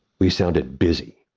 we sounded busy.